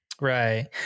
Right